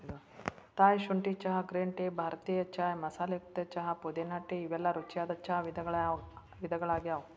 Thai ಶುಂಠಿ ಚಹಾ, green tea, ಭಾರತೇಯ ಚಾಯ್ ಮಸಾಲೆಯುಕ್ತ ಚಹಾ, ಪುದೇನಾ ಟೇ ಇವೆಲ್ಲ ರುಚಿಯಾದ ಚಾ ವಿಧಗಳಗ್ಯಾವ